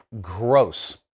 Gross